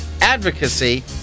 advocacy